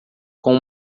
com